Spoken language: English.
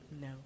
No